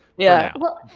yeah. well,